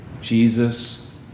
Jesus